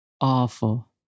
Awful